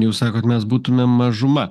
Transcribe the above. jūs sakot mes būtumėm mažuma